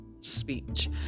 speech